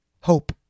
hope